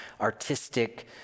artistic